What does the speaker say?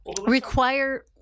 require